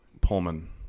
Pullman